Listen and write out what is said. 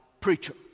preacher